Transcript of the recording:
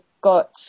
got